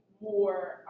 more